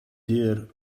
dear